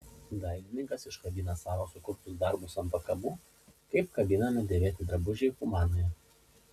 dailininkas iškabina savo sukurtus darbus ant pakabų kaip kabinami dėvėti drabužiai humanoje